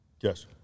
Yes